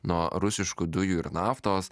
nuo rusiškų dujų ir naftos